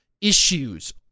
issues